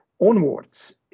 onwards